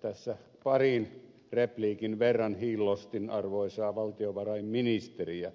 tässä parin repliikin verran hiillostin arvoisaa valtiovarainministeriä